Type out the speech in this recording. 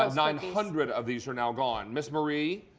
um nine hundred of these are now gone. miss marie,